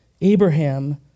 Abraham